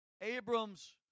Abram's